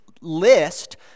list